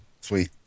Sweet